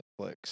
Netflix